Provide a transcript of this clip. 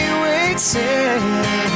waiting